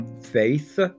faith